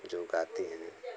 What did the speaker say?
जो गाती हैं